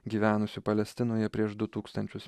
gyvenusių palestinoje prieš du tūkstančius